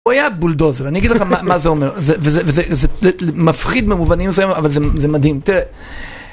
הוא היה בולדוזר אני אגיד לך מה זה אומר וזה מפחיד במובנים מסוימים אבל זה מדהים.